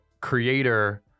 creator